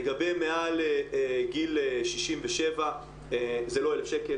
לגבי מעל גיל 67 - זה לא אלף שקל,